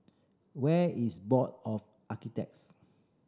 where is Board of Architects